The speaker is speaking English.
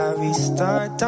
restart